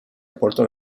aporta